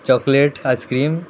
chocolate ice cream